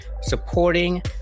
supporting